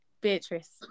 Beatrice